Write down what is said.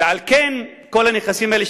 ועל כן כל הנכסים האלה,